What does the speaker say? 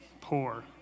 poor